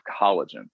collagen